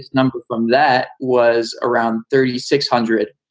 it's none but of them. that was around thirty six hundred.